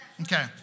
Okay